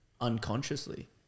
unconsciously